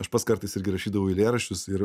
aš pats kartais irgi rašydavau eilėraščius ir